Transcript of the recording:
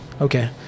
Okay